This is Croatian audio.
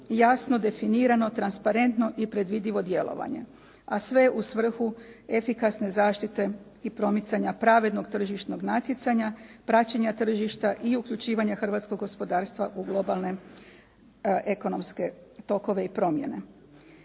jasno definirano transparentno i predvidivo djelovanje, a sve u svrhu efikasne zaštite i promicanja pravednog tržišnog natjecanja, praćenja tržišta i uključivanja hrvatskog gospodarstva u globalne ekonomske tokove i promjene.